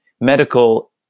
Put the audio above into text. medical